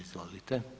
Izvolite.